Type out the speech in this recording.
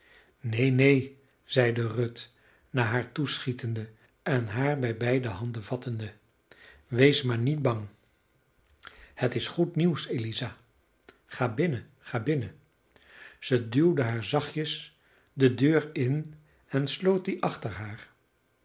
neen neen zeide ruth naar haar toeschietende en haar bij beide handen vattende wees maar niet bang het is goed nieuws eliza ga binnen ga binnen zij duwde haar zachtjes de deur in en sloot die achter haar